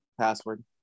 password